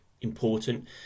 important